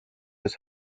his